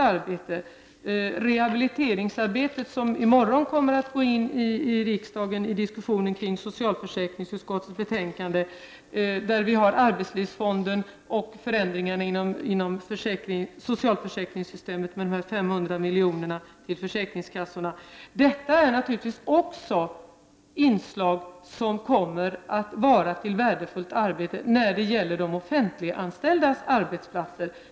Frågan om rehabiliteringsarbetet kommer att tas upp i morgon i riksdagen i den diskussion som skall föras med anledning av socialförsäkringsutskottets betänkande om bl.a. arbets livsfonden och förändringarna inom socialförsäkringssystemet, exempelvis de 500 miljonerna till försäkringskassorna. Men arbetsmiljökommissionens arbete kommer naturligtvis att få betydelse för de offentliganställdas arbetsplatser.